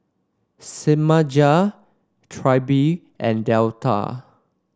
Semaj Trilby and Delta